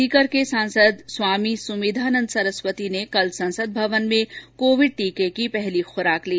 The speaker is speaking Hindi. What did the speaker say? सीकर सांसद स्वामी सुमेधानंद सरस्वती ने कल संसद भवन में कोविड टीके की पहली खुराक ली